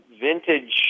vintage